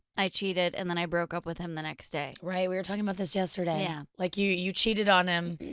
i cheated, and then i broke up with him the next day. right, we were talking about this yesterday. yeah. like you you cheated on him,